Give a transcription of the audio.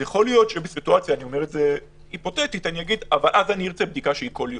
יכול להיות שאומר: אז ארצה בדיקה כל יום.